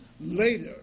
later